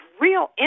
real